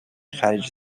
خلیج